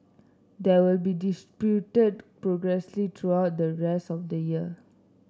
there will be distributed progressively throughout the rest of the year